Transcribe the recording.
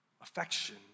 affection